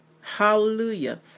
Hallelujah